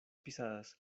pisadas